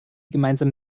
gemeinsam